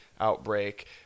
outbreak